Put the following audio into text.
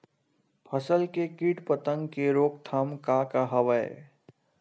फसल के कीट पतंग के रोकथाम का का हवय?